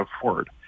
afford